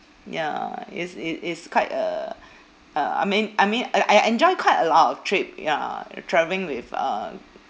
ya is i~ is quite a a I mean I mean I I enjoy quite a lot of trip ya travelling with uh